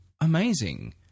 amazing